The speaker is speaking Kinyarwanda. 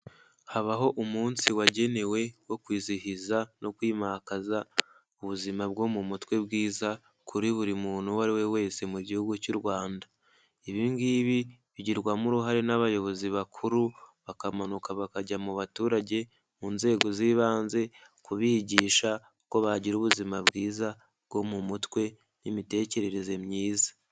Habaho umunsi wagenewe wo kwizihiza no kwimakaza ubuzima bwo mu mutwe bwiza, kuri buri muntu uwo ari we wese mu gihugu cy'u Rwanda, ibi ngibi bigirwamo uruhare n'abayobozi bakuru, bakamanuka bakajya mu baturage mu nzego z'ibanze, kubigisha ko bagira ubuzima bwiza bwo mu mutwe n'imitekerereze myiza.